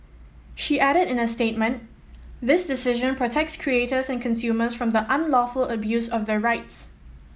she added in a statement this decision protects creators and consumers from the unlawful abuse of their rights